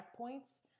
checkpoints